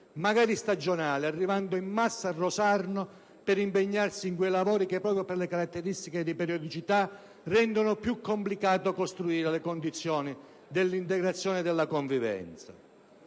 magari stagionali, arrivando in massa a Rosarno per impegnarsi in quei lavori che, proprio per le caratteristiche di periodicità, rendono più complicato costruire le condizioni dell'integrazione e della convivenza.